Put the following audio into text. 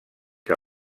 que